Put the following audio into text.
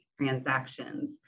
transactions